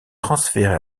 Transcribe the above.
transféré